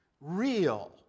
real